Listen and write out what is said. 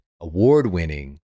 award-winning